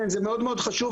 זה מאוד חשוב,